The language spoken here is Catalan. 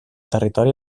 territori